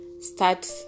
start